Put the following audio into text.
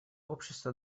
общество